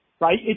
right